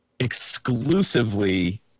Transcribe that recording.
exclusively